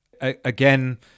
again